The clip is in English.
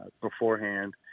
beforehand